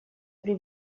при